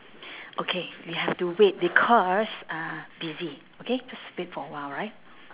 okay we have to wait because uh busy okay just wait for a while alright